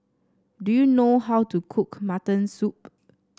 do you know how to cook Mutton Soup